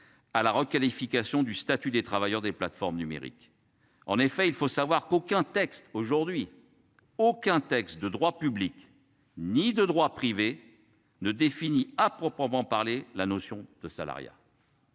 À la requalification du statut des travailleurs des plateformes numériques. En effet il faut savoir qu'aucun texte aujourd'hui aucun texte de droit public, ni de droit privé. Ne défini à proprement parler la notion de salariat.